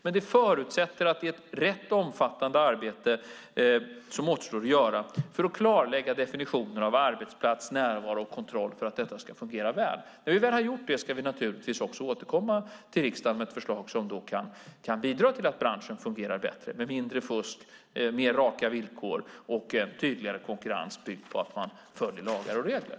Men det här innebär ett rätt omfattande arbete som återstår att göra för att klarlägga definitionerna av arbetsplats, närvaro och kontroll för att detta ska fungera väl. När vi väl har gjort det ska vi naturligtvis återkomma till riksdagen med ett förslag som kan bidra till att branschen fungerar bättre med mindre fusk, mer raka villkor och tydligare konkurrens byggd på att man följer lagar och regler.